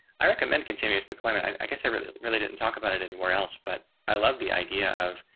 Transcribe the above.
i recommend continuous deployment. i guess i really, really didn't talk about it anywhere else, but i love the idea of